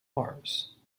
mars